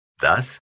Thus